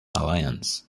alliance